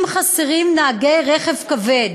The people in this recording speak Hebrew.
אם חסרים נהגי רכב כבד,